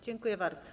Dziękuję bardzo.